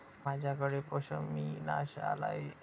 माझ्याकडे पश्मीना शाल आहे